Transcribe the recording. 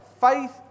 faith